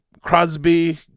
Crosby